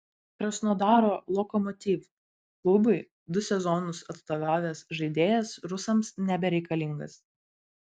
krasnodaro lokomotiv klubui du sezonus atstovavęs žaidėjas rusams nebereikalingas